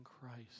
Christ